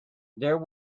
there